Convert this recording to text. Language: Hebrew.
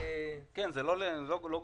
זה לא גורף.